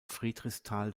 friedrichsthal